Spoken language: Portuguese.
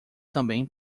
também